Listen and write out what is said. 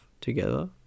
together